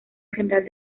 general